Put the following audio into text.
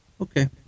Okay